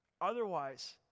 Otherwise